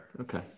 Okay